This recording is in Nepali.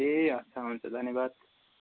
ए अच्छा हुन्छ धन्यवाद